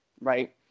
right